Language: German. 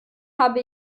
habe